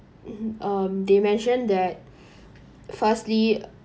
um they mentioned that firstly